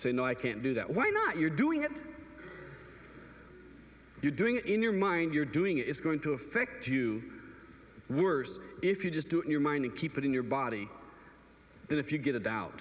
say no i can't do that why not you're doing it you're doing it in your mind you're doing it is going to affect you worse if you just do it in your mind and keep it in your body and if you get